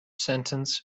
sentence